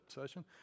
session